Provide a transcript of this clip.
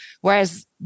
whereas